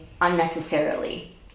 unnecessarily